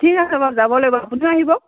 ঠিক আছে বাৰু যাব লাগিব আপুনিও আহিব